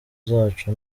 zacu